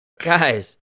guys